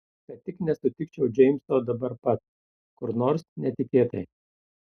kad tik nesusitikčiau džeimso dabar pat kur nors netikėtai